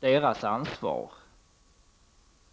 deras ansvar.